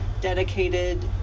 dedicated